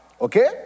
Okay